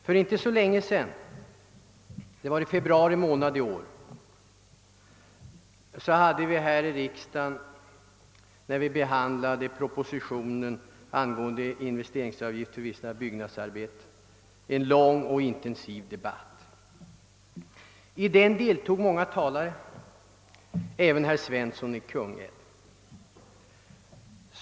För inte så länge sedan — det var i februari månad i år — hade vi här i riksdagen, när vi behandlade propositionen angående investeringsavgift för vissa byggnadsarbeten, en lång och intensiv debatt. I den deltog många talare — även herr Svensson i Kungälv.